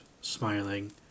smiling